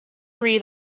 read